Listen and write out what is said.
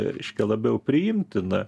reiškia labiau priimtina